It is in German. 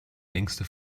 längste